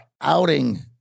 outing